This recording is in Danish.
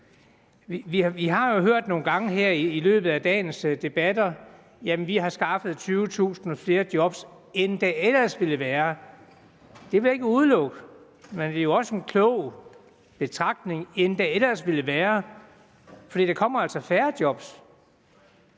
Vi har jo hørt nogle gange her i løbet af dagens debat, at man har skaffet 20.000 flere job, end der ellers ville være. Det vil jeg ikke udelukke, men det er jo også ud fra en klog betragtning, at man siger, end der ellers ville være, for der kommer altså færre job.